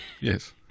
Yes